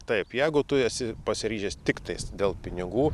taip jeigu tu esi pasiryžęs tiktais dėl pinigų